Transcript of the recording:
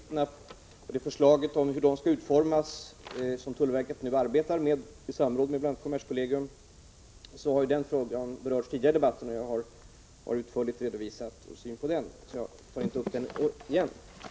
Herr talman! När det gäller tullförrättningsavgifterna, som tullverket nu arbetar med i samråd med bl.a. kommerskollegium, så har den frågan berörts tidigare i debatten, och jag har utförligt redovisat vår syn på den. Jag tar alltså inte upp den igen.